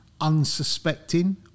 unsuspecting